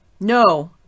No